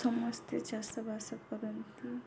ସମସ୍ତେ ଚାଷବାସ କରନ୍ତି